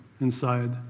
inside